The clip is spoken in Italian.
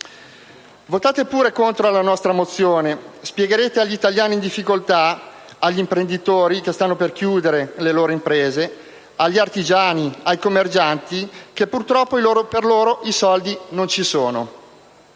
Votate pure contro la nostra mozione. Spiegherete agli italiani in difficoltà, agli imprenditori che stanno per chiudere le loro imprese, agli artigiani e ai commercianti che purtroppo, per loro, i soldi non ci sono.